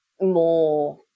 more